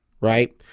right